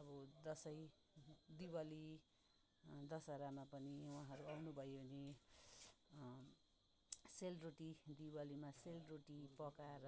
अब दसैँ दिवाली दशहरामा पनि उहाँहरू आउनु भयो भने सेलरोटी दिवालीमा सेलरोटी पकाएर